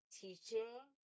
teaching